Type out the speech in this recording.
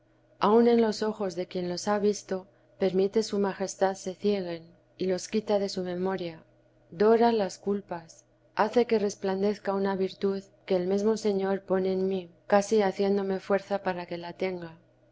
aun en los ojos de quien los ha visto permite su majestad se cieguen y los quita de su memoria dora las culpas hace que resplandezca una virtud que el mesmo señor pone en mí casi haciéndome fuerza para que la tenga